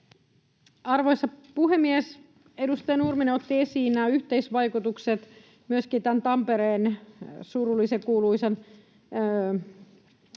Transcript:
Arvoisa puhemies! Edustaja Nurminen otti esiin nämä yhteisvaikutukset, myöskin tämän Tampereen surullisenkuuluisan lehtijutun.